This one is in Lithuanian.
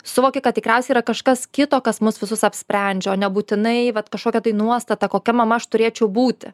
suvoki kad tikriausiai yra kažkas kito kas mus visus apsprendžia o nebūtinai vat kažkokia tai nuostata kokia mama aš turėčiau būti